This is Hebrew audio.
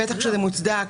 כשזה מוצדק,